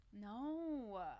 No